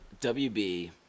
WB